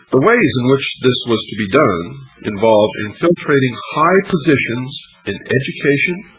the ways in which this was to be done involved infiltrating high positions in education,